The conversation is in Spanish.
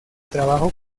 trabajo